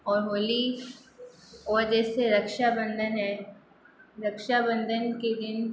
और होली और जैसे रक्षा बंधन है रक्षा बंधन के दिन